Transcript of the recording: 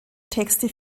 texte